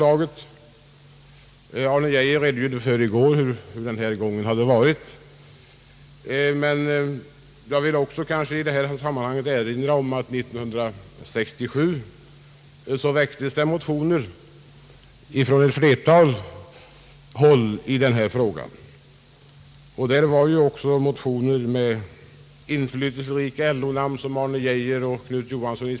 Herr Arne Geijer redogjorde i går för hur gången har varit. I sammanhanget vill jag erinra om att det år 1967 väcktes motioner från flera håll i den här frågan. Det fanns motioner med inflytelserika LO-namn som Arne Geijer och Knut Johansson.